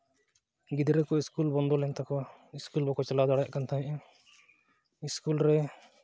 ᱜᱤᱫᱽᱨᱟᱹ ᱠᱚ ᱤᱥᱠᱩᱞ ᱵᱚᱱᱫᱚ ᱞᱮᱱ ᱛᱟᱠᱚᱣᱟ ᱤᱥᱠᱩᱞ ᱵᱟᱠᱚ ᱪᱟᱞᱟᱣ ᱫᱟᱲᱮᱭᱟᱜ ᱠᱟᱱ ᱛᱟᱦᱮᱱᱟ ᱤᱥᱠᱩᱞ ᱨᱮ